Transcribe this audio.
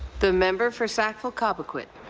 the member for sackville cobequid.